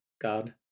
God